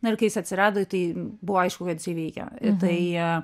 na ir kai jis atsirado tai buvo aišku kad jisai veikia tai